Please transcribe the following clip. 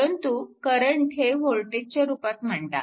परंतु करंट हे वोल्टेजच्या रूपात मांडा